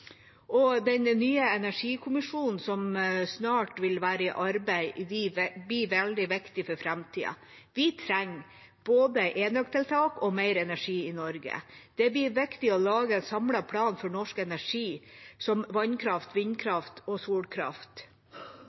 Den nye energikommisjonen som snart vil være i arbeid, blir veldig viktig for framtida. Vi trenger både enøktiltak og mer energi i Norge. Det blir viktig å lage en samlet plan for norsk energi, som vannkraft, vindkraft og solkraft.